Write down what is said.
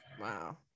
wow